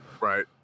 Right